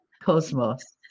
Cosmos